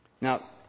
Now